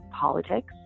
politics